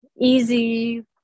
easy